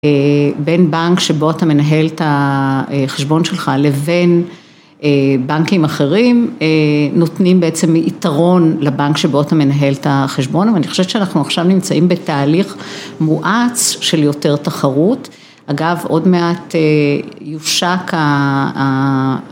בין בנק שבו אתה מנהל את החשבון שלך לבין בנקים אחרים, נותנים בעצם יתרון לבנק שבו אתה מנהל את החשבון, ואני חושבת שאנחנו עכשיו נמצאים בתהליך מואץ של יותר תחרות, אגב עוד מעט יושק ה...